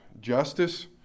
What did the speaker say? Justice